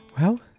Well